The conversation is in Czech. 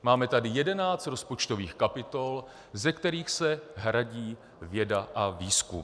Máme tady jedenáct rozpočtových kapitol, ze kterých se hradí věda a výzkum.